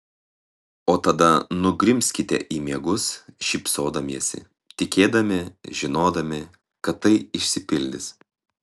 o tada nugrimzkite į miegus šypsodamiesi tikėdami žinodami kad tai išsipildys